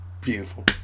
beautiful